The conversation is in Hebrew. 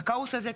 הכאוס הזה,